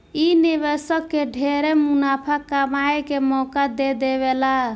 इ निवेशक के ढेरे मुनाफा कमाए के मौका दे देवेला